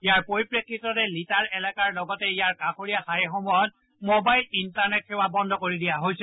ইয়াৰ পৰিপ্ৰেক্ষিতত লিটাৰ এলকাৰ লগতে ইয়াৰ কাষৰীয়া ঠাইসমূহত মবাইল ইণ্টাৰনেট সেৱা বন্ধ কৰি দিয়া হৈছে